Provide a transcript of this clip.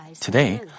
today